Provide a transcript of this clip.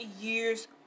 years